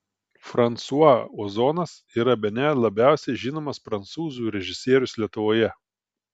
fransua ozonas yra bene labiausiai žinomas prancūzų režisierius lietuvoje